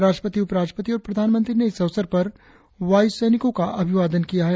राष्ट्रपति उप राष्ट्रपति और प्रधानमंत्री ने इस अवसर पर वायु सैनिकों का अभिवादन किया है